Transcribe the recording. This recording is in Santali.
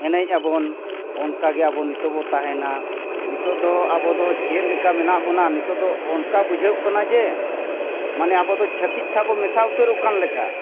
ᱮᱱᱮᱡ ᱟᱵᱚᱱ ᱚᱱᱠᱟ ᱜᱮ ᱟᱵᱚ ᱱᱤᱛᱳᱜ ᱵᱚ ᱛᱟᱦᱮᱱᱟ ᱱᱤᱛᱳᱜ ᱫᱚ ᱟᱵᱚ ᱫᱚ ᱪᱮᱫ ᱞᱮᱠᱟ ᱢᱮᱱᱟᱜ ᱵᱚᱱᱟ ᱱᱤᱛᱳᱜ ᱫᱚ ᱚᱱᱠᱟ ᱵᱩᱡᱷᱟᱹᱣᱚᱜ ᱠᱟᱱᱟ ᱡᱮ ᱢᱟᱱᱮ ᱟᱵᱚ ᱫᱚ ᱪᱷᱟᱹᱛᱤᱠ ᱥᱟᱶᱵᱚ ᱢᱮᱥᱟ ᱩᱛᱟᱹᱨᱚᱜ ᱠᱟᱱ ᱞᱮᱠᱟ